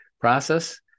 process